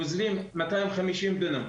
גוזלים מאתיים חמישים דונם.